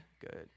good